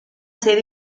ser